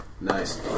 nice